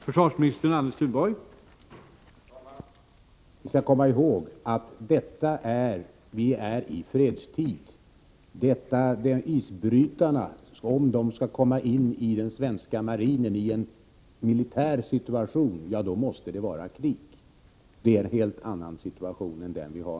Herr talman! Vi skall komma ihåg att vi är i fredstid. Om isbrytarna skall komma in i den svenska marinen i en militär situation måste det vara krig. Det är ett helt annat läge än det vi nu har.